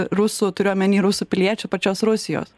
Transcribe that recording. rusų turiu omeny rusų piliečių pačios rusijos